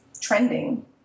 trending